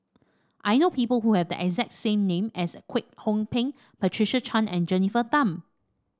I know people who have the exact same name as Kwek Hong Png Patricia Chan and Jennifer Tham